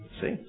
See